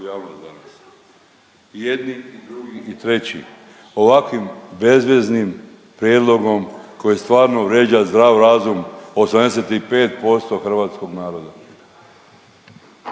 naknadno uključen./… i treći. Ovakvim bezveznim prijedlogom koji stvarno vrijeđan zdrav razum 85% hrvatskog naroda.